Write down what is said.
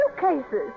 suitcases